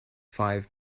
five